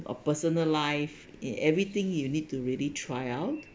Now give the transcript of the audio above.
or personal life in everything you need to really try out